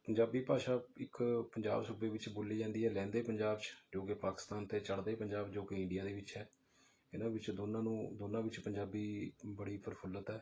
ਪੰਜਾਬੀ ਭਾਸ਼ਾ ਇੱਕ ਪੰਜਾਬ ਸੂਬੇ ਵਿੱਚ ਬੋਲੀ ਜਾਂਦੀ ਹੈ ਲਹਿੰਦੇ ਪੰਜਾਬ 'ਚ ਜੋ ਕਿ ਪਾਕਿਸਤਾਨ ਅਤੇ ਚੜ੍ਹਦੇ ਪੰਜਾਬ ਜੋ ਕਿ ਇੰਡੀਆ ਦੇ ਵਿੱਚ ਹੈ ਇਹਨਾਂ ਵਿੱਚੋਂ ਦੋਨਾਂ ਨੂੰ ਦੋਨਾਂ ਵਿੱਚ ਪੰਜਾਬੀ ਬੜੀ ਪ੍ਰਫੁੱਲਿਤ ਹੈ